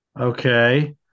Okay